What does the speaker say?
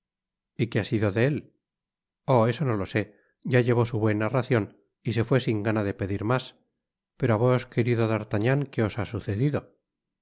y que ha sido de él oh eso no lo sé ya llevó su buena racion y se fué sin gana de pedir mas pero á vos querido d'artagnan que os ha sucedido